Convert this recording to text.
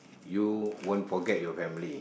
you won't forget your family